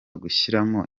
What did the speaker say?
gushyiramo